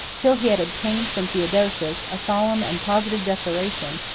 till he had obtained from theodosius a solemn and positive declaration,